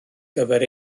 gyfer